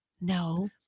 No